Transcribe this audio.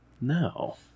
no